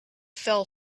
fell